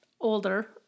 older